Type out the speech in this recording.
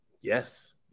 yes